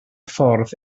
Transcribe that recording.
ffordd